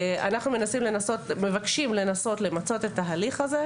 אנחנו מבקשים לנסות למצות את ההליך הזה.